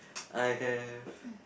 I have